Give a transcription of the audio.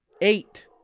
Eight